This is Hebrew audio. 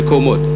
בקומות.